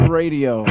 radio